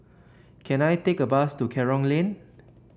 can I take a bus to Kerong Lane